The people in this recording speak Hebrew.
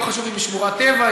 לא חשוב אם היא שמורת טבע,